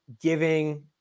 giving